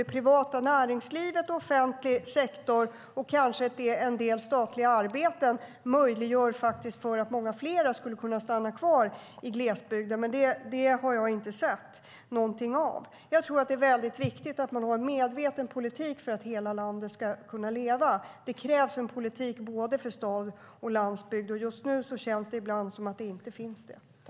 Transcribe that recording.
Det privata näringslivet, den offentliga sektorn och en del statliga arbeten möjliggör för fler att kunna stanna kvar i glesbygden, men det har jag inte sett något av. Det är viktigt att ha en medveten politik för att hela landet ska kunna leva. Då krävs en politik för både stad och landsbygd, och nu känns det som att det inte finns det.